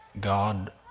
God